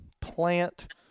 plant